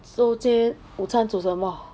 so 今天午餐煮什么